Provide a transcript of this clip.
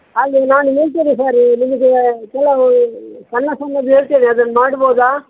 ಅಲ್ಲಿ ನಾನು ಹೇಳ್ತೇನೆ ಸರ ನಿಮಗೆ ಕೆಲವು ಸಣ್ಣ ಸಣ್ಣದು ಹೇಳ್ತೇನೆ ಅದನ್ನ ಮಾಡ್ಬೋದಾ